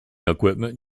equipment